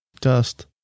Dust